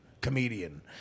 comedian